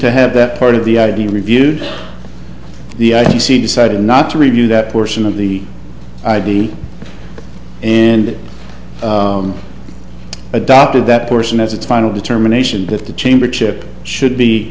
to have that part of the id reviewed the i c c decided not to review that portion of the id and it adopted that portion as its final determination that the chamber chip should be